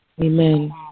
Amen